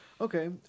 Okay